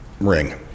ring